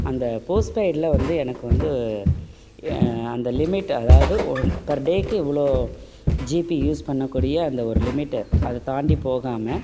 அந்த போஸ்ட்பெய்ட்டில வந்து எனக்கு வந்து அந்த லிமிட் அதாவது ஒன் பெர் டேக்கு இவ்வளோ ஜிபி யூஸ் பண்ணக்கூடிய அந்த ஒரு லிமிட்டு அதைத் தாண்டிப் போகாமல்